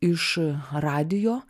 iš radijo